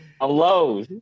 Hello